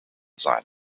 sein